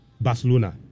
Barcelona